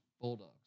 Bulldogs